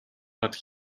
but